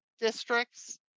districts